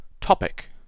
topic